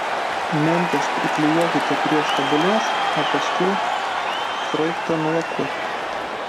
mentes priklijuokite prie stebulės o paskui sraigtą nulakuokite